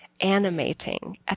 animating